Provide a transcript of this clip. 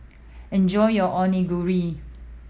enjoy your Onigiri